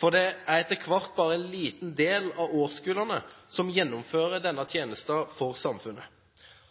for det er etter hvert bare en liten del av årskullene som gjennomfører denne tjenesten for samfunnet.